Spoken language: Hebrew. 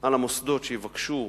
על המוסדות שיבקשו